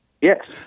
Yes